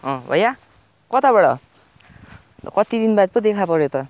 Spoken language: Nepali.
अँ भैया कताबाट कति दिनबाद पो देखा पर्यो त